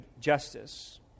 justice